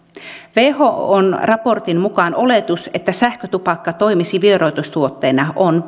whon raportin mukaan oletus että sähkötupakka toimisi vieroitustuotteena on